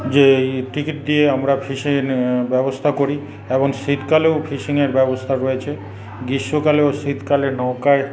যে টিকিট দিয়ে আমরা ফিশিংয়ের ব্যবস্থা করি এবং শীতকালেও ফিশিংয়ের ব্যবস্থা করেছে গ্রীষ্মকালে ও শীতকালে নৌকায়